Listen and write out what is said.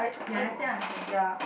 you understand what I'm saying